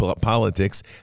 politics